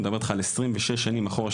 אני מדבר איתך על 26 שנים אחורה,